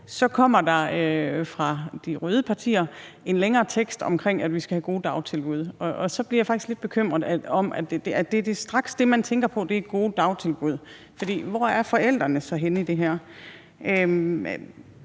så kommer der fra de røde partier en længere tekst om, at vi skal have gode dagtilbud. Så bliver jeg faktisk lidt bekymret for, at det, man straks tænker på, er gode dagtilbud, for hvor er forældrene så henne i det her? Er